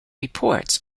reports